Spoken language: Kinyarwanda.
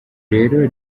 rero